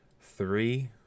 three